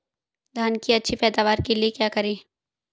धान की अच्छी पैदावार के लिए क्या करें?